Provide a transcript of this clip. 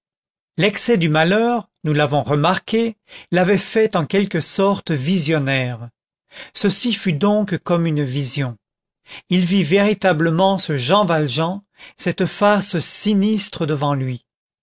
l'excès du malheur nous l'avons remarqué l'avait fait en quelque sorte visionnaire ceci fut donc comme une vision il vit véritablement ce jean valjean cette face sinistre devant lui